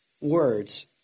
words